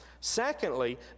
Secondly